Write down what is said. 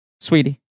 Sweetie